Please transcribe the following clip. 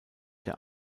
der